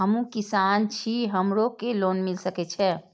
हमू किसान छी हमरो के लोन मिल सके छे?